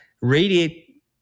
radiate